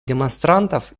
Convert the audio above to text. демонстрантов